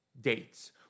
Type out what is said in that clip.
dates